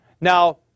Now